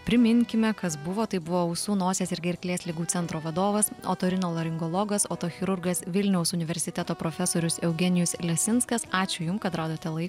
priminkime kas buvo tai buvo ausų nosies ir gerklės ligų centro vadovas otorinolaringologas otochirurgas vilniaus universiteto profesorius eugenijus lesinskas ačiū jum kad radote laiko